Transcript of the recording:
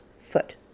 foot